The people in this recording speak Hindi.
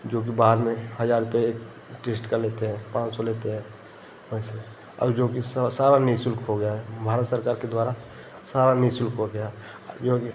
जो कि बाहर में हजार रुपये एक टेस्ट का लेते हैं पाँच सौ लेते हैं पैसे अब जो कि इस समय सारा निःशुल्क हो गया है भारत सरकार के द्वारा सारा निःशुल्क हो गया है अब जाे कि